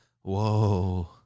whoa